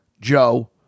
Joe